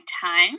time